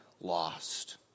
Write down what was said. lost